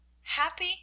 Happy